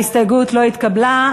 ההסתייגות לא התקבלה.